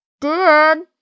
Dad